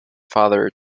father